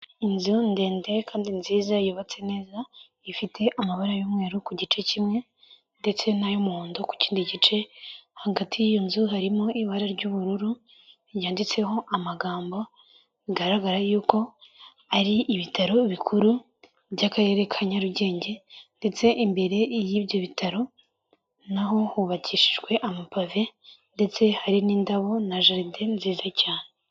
Inzu ndende kandi nziza yubatse neza ifite amabara y'umweru ku gice kimwe ndetse n'ay'umuhondo ku kindi gice, hagati y'iyo nzu harimo ibara ry'ubururu ryanditseho amagambo bigaragara y'uko ari ibitaro bikuru by'akarere ka Nyarugenge ndetse imbere y'ibyo bitaro n'aho hubakishijwe amapave ndetse hari n'indabo na jaride nziza cyane.